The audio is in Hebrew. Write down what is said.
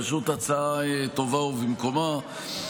פשוט הצעה טובה ובמקומה.